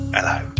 Hello